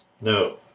No